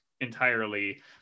entirely